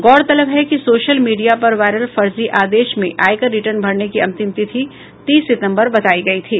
गौरतलब है कि सोशल मीडिया पर वायरल फर्जी आदेश में आयकर रिटर्न भरने की अंतिम तिथि तीस सितम्बर बतायी गयी थी